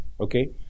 okay